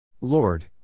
Lord